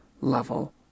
level